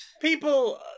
People